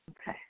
Okay